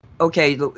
okay